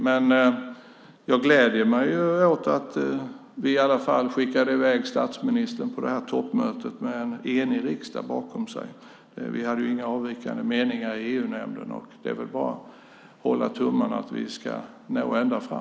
Men jag gläder mig åt att vi i alla fall skickade i väg statsministern på det här toppmötet med en enig riksdag bakom sig. Vi hade ju inga avvikande meningar i EU-nämnden, och det är väl bara att hålla tummarna för att vi ska nå ända fram.